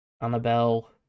Annabelle